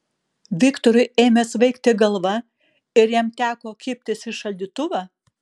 viktorui ėmė svaigti galva ir jam teko kibtis į šaldytuvą